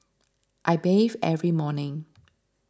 I bathe every morning